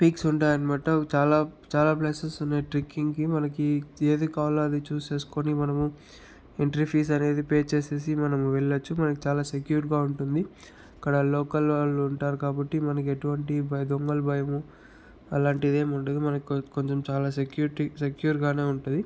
peaks ఉంటాయనమాట చాలా చాలాప్లేసస్ ఉన్నాయి ట్రెక్కింగ్కి మనకి ఏది కావాలో అది చూజ్ చేసుకొని మనము ఎంట్రీ ఫీజ్ అనేది పే చేసేసి మనము వెళ్ళవచ్చు మనకు చాలా సెక్యూర్గా ఉంటుంది అక్కడ లోకల్ వాళ్ళు ఉంటారు కాబట్టి మనకు ఎటువంటి భ దొంగల భయము అలాంటిది ఏమీ ఉండదు మనం కొ కొంచెం చాలా సెక్యూరిటీ సెక్యూర్గానే ఉంటుంది